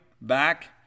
back